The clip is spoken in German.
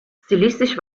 stilistisch